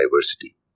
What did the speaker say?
diversity